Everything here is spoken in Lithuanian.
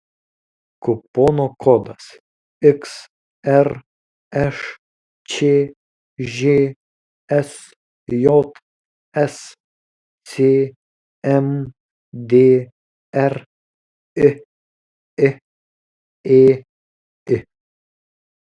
kupono kodas xršč žsjs cmdr iiėi